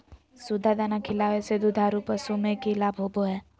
सुधा दाना खिलावे से दुधारू पशु में कि लाभ होबो हय?